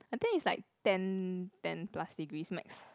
I think is like ten ten plus degrees max